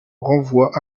renvoient